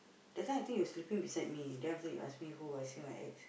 that time I think you sleeping beside me then after you ask me who I say my ex